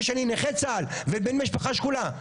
זה שאני נכה צה"ל ובן למשפחה שכולה,